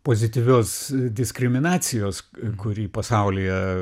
pozityvios diskriminacijos kuri pasaulyje